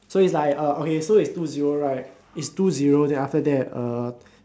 so is like uh okay so is two zero right is two zero then after that uh